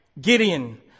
Gideon